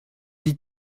dis